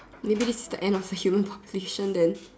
maybe this is the end of the human population then